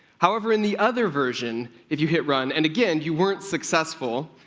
however, in the other version, if you hit run and again you weren't successful,